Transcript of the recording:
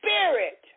Spirit